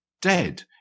dead